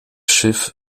schiff